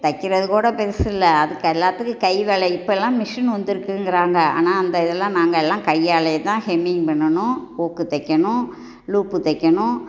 தைக்கிறதுக் கூட பெருசுயில்ல அதுக்கு எல்லாத்துக்கும் கை வேலை இப்போயெல்லாம் மிஷின் வந்துருக்கிங்றாங்க ஆனால் அந்த இதெல்லாம் நாங்கள் எல்லாம் கையாலே தான் ஹெம்மிங் பண்ணணும் ஊக்கு தைக்கணும் லூப்பு தைக்கணும்